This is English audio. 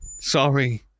Sorry